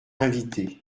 invité